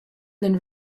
then